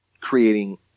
creating